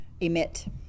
emit